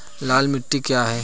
लाल मिट्टी क्या है?